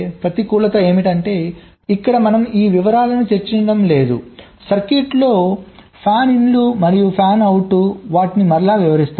ప్రతికూలత ఏమిటంటే ఇక్కడ మనం ఈ వివరాలను చర్చించడం లేదు సర్క్యూట్లో ఫ్యాన్ ఇన్ లు మరియు ఫ్యాన్ అవుట్ వాటిని మరలా వివరిస్తాను